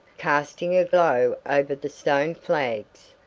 casting a glow over the stone flags,